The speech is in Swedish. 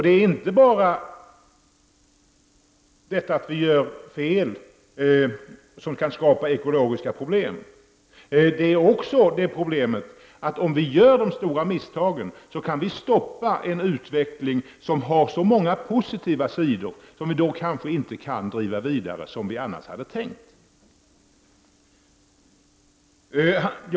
Det är inte bara det att vi gör fel som kan skapa ekologiska problem. Det är också det problemet att om vi gör de stora misstagen kan vi stoppa en utveckling som har så många positiva sidor och som vi då kanske inte kan driva vidare som vi hade tänkt.